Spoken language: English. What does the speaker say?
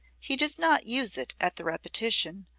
he does not use it at the repetition,